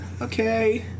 Okay